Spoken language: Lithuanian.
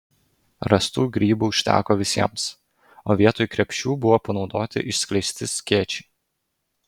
rastų grybų užteko visiems o vietoj krepšių buvo panaudoti išskleisti skėčiai